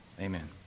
Amen